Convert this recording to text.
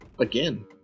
again